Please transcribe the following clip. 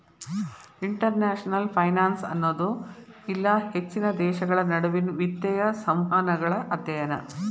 international finance ಅನ್ನೋದು ಇಲ್ಲಾ ಹೆಚ್ಚಿನ ದೇಶಗಳ ನಡುವಿನ್ ವಿತ್ತೇಯ ಸಂವಹನಗಳ ಅಧ್ಯಯನ